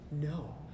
no